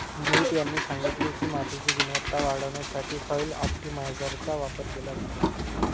मोहित यांनी सांगितले की, मातीची गुणवत्ता वाढवण्यासाठी सॉइल ऑप्टिमायझरचा वापर केला जातो